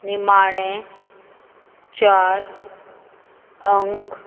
निमाणे चार अंक